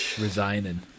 resigning